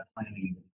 planning